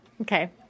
okay